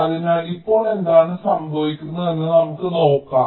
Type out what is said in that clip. അതിനാൽ ഇപ്പോൾ എന്താണ് സംഭവിക്കുന്നതെന്ന് നമുക്ക് നോക്കാം